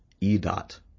E-dot